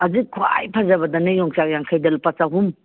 ꯍꯧꯖꯤꯛ ꯈ꯭ꯋꯥꯏ ꯐꯖꯕꯗꯅꯦ ꯌꯣꯡꯆꯥꯛ ꯌꯥꯡꯈꯩꯗ ꯂꯨꯄꯥ ꯆꯍꯨꯝ